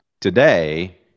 today